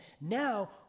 Now